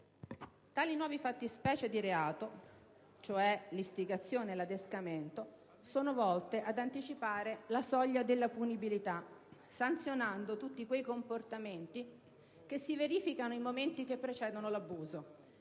Tali nuove fattispecie di reato, cioè l'istigazione e l'adescamento, sono volte ad anticipare la soglia della punibilità, sanzionando tutti quei comportamenti che si verificano in momenti che precedono l'abuso.